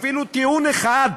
אפילו טיעון אחד,